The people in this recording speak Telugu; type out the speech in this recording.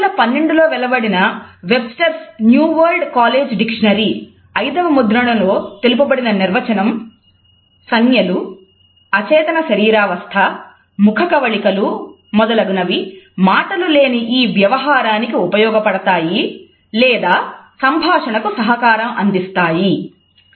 2012లో వెలువడిన 'Webster's New World College Dictionary' Webster's New World College Dictionary ఐదవ ముద్రణలో తెలుపబడిన నిర్వచనం "సంజ్ఞలు అచేతన శరీరావస్థ ముఖకవళికలు మొదలగునవి మాటలు లేని ఈ వ్యవహారానికి ఉపయోగపడతాయి లేదా సంభాషణకు సహకారం అందిస్తాయి"